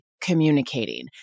communicating